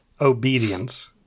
obedience